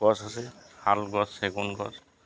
গছ আছে শাল গছ চেগুন গছ